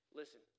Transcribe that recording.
listen